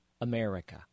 America